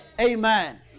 Amen